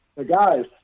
guys